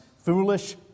foolish